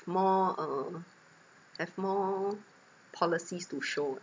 more uh have more policies to show